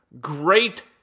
great